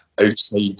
outside